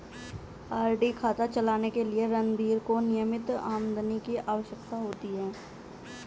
RD खाता चलाने के लिए रणधीर को नियमित आमदनी की आवश्यकता होगी